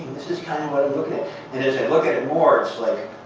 this is kind of what i'm looking at. and as i look at it more, it's like,